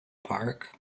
park